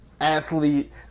athlete